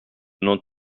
nous